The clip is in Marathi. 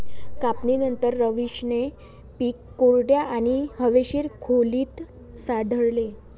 कापणीनंतर, रवीशने पीक कोरड्या आणि हवेशीर खोलीत साठवले